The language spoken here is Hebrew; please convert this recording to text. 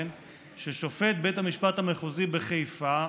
התבשרנו ששופט בית המשפט המחוזי בחיפה,